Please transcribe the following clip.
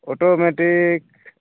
automatic